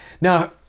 Now